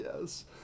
yes